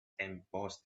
embossed